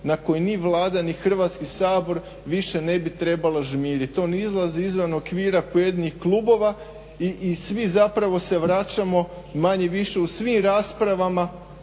na koji ni Vlada, ni Hrvatski sabor više ne bi trebalo žmiriti. On izlazi izvan okvira pojedinih klubova i svi zapravo se vraćamo manje-više u svim raspravama